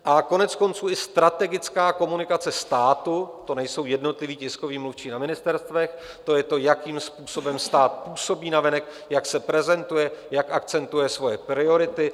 A koneckonců, i strategická komunikace státu, to nejsou jednotliví tiskoví mluvčí na ministerstvech, to je to, jakým způsobem stát působí navenek, jak se prezentuje, jak akcentuje svoje priority.